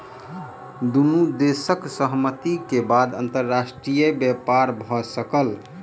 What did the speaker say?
दुनू देशक सहमति के बाद अंतर्राष्ट्रीय व्यापार भ सकल